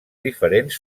diferents